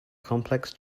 complex